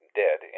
dead